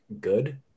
good